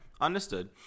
Understood